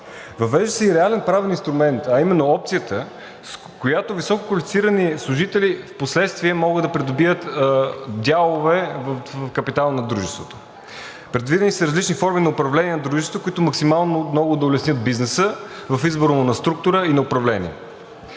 Въвежда се и реален правен инструмент, а именно опцията, с която висококвалифицирани служители впоследствие могат да придобият дялове в капитала на дружеството. Предвидени са различни форми на управление на дружеството, които максимално много да улеснят бизнеса в избора му на структура и на управление.